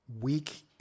weak